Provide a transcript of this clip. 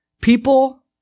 People